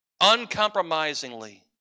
uncompromisingly